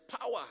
power